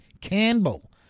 Campbell